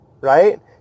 right